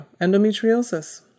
endometriosis